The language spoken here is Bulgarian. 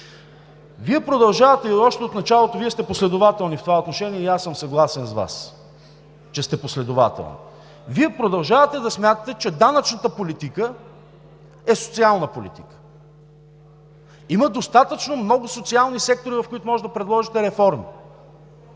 Вие продължавате и още от началото Вие сте последователни в това отношение. Съгласен съм с Вас, че сте последователни. Вие продължавате да смятате, че данъчната политика е социална политика. Има достатъчно много социални сектори, в които може да предложите реформи.